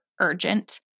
urgent